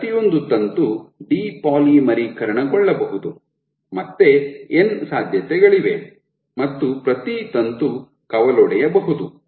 ಪ್ರತಿಯೊಂದು ತಂತು ಡಿಪಾಲಿಮರೀಕರಣಗೊಳ್ಳಬಹುದು ಮತ್ತೆ ಎನ್ ಸಾಧ್ಯತೆಗಳಿವೆ ಮತ್ತು ಪ್ರತಿ ತಂತು ಕವಲೊಡೆಯಬಹುದು